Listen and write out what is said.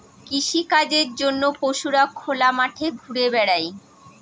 কৃষিকাজের জন্য পশুরা খোলা মাঠে ঘুরা বেড়ায়